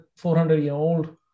400-year-old